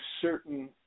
certain